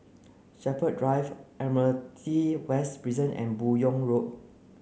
Shepherds Drive Admiralty West Prison and Buyong Road